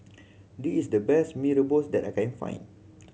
this is the best Mee Rebus that I can find